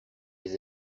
les